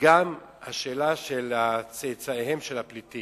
וגם השאלה של צאצאיהם של הפליטים.